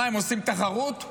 הם עושים תחרות?